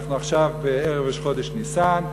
אנחנו עכשיו בערב ראש חודש ניסן.